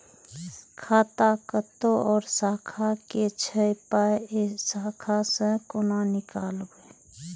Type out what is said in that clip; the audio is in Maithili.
खाता कतौ और शाखा के छै पाय ऐ शाखा से कोना नीकालबै?